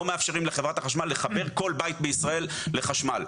לא מאפשרים לחברת החשמל לחבר כל בית בישראל לחשמל.